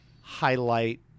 highlight